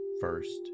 first